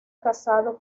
casado